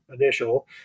initial